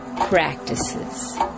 practices